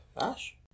Ash